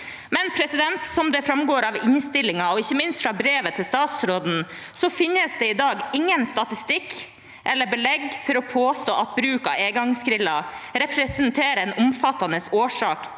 konsekvenser. Som det framgår av innstillingen, og ikke minst av brevet fra statsråden, finnes det i dag ingen statistikk som tilsier, eller belegg for å påstå, at bruk av engangsgriller representerer en omfattende årsak